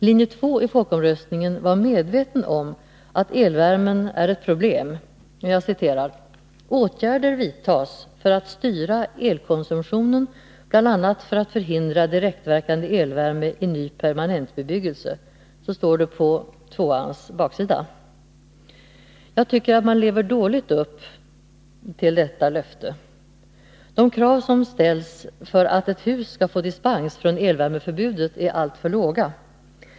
Linje 2 i folkomröstningen var medveten om att elvärmen är ett problem. ”Åtgärder vidtas för att styra elkonsumtionen bl.a. för att förhindra direktverkande elvärme i ny permanentbebyggelse”, står det på 2-ans baksida. Jag tycker att man dåligt lever upp till detta löfte. De krav som ställs för att ett hus skall få dispens från elvärmeförbudet är alltför låga.